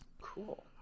Cool